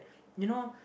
you know